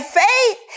faith